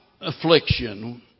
affliction